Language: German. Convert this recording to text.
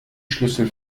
schlüssel